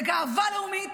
לגאווה לאומית,